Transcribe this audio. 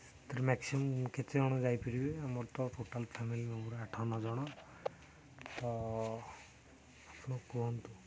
ସେଥିରୁ ମ୍ୟାକ୍ସିମମ୍ କେତେ ଜଣ ଯାଇପାରିବେ ଆମର ତ ଟୋଟାଲ ଫ୍ୟାମିଲି ମେମ୍ବର ଆଠ ନଅ ଜଣ ତ ଆପଣ କୁହନ୍ତୁ